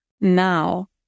now